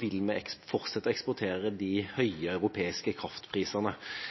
vil fortsette å eksportere de høye europeiske kraftprisene.